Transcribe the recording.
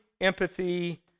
empathy